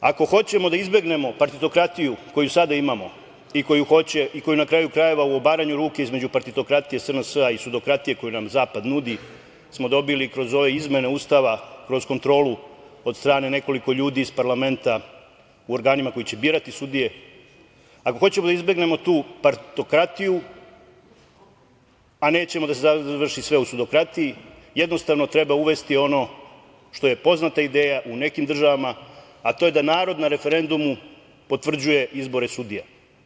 Ako hoćemo da izbegnemo partitokratiju koju sada imamo i koju, na kraju krajeva, u obaranju ruke između partitokratije SNS-a i sudokratije koju nam Zapad nudi smo dobili kroz ove izmene Ustava, kroz kontrolu od strane nekoliko ljudi iz parlamenta u organima koji će birati sudije, ako hoćemo da izbegnemo tu partitokratiju, a nećemo da se završi sve u sudokratiji, jednostavno treba uvesti ono što je poznata ideja u nekim državama, a to je da narod na referendumu potvrđuje izbore sudija.